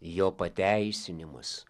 jo pateisinimas